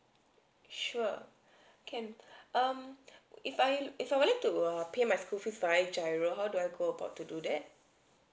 sure can um if I if I would like to err pay my school fees via GIRO how do I go about to do that